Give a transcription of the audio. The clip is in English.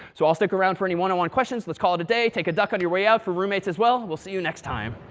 so i'll stick around for any one-on-one questions. let's call it a day. take a duck on your way out for roommates as well. and we'll see you next time.